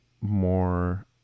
more